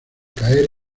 caer